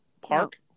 park